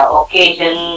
occasion